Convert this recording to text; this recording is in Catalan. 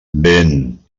vent